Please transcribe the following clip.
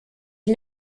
are